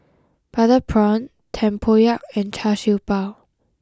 Butter Prawn Tempoyak and Char Siew Bao